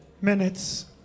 minutes